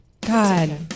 God